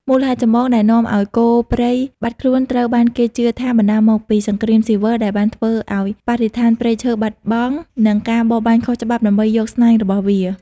មូលហេតុចម្បងដែលនាំឱ្យគោព្រៃបាត់ខ្លួនត្រូវបានគេជឿថាបណ្តាលមកពី សង្គ្រាមស៊ីវិល ដែលបានធ្វើឱ្យបរិស្ថានព្រៃឈើបាត់បង់ និងការបរបាញ់ខុសច្បាប់ដើម្បីយកស្នែងរបស់វា។